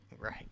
Right